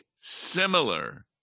similar